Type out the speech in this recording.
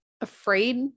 afraid